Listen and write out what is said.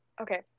Okay